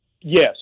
yes